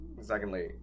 Secondly